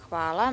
Hvala.